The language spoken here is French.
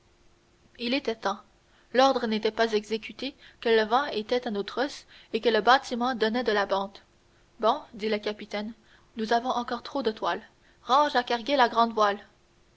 il était temps l'ordre n'était pas exécuté que le vent était à nos trousses et que le bâtiment donnait de la bande bon dit le capitaine nous avons encore trop de toile range à carguer la